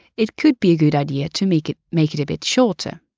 it could be a good idea to make it make it a bit shorter.